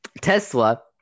Tesla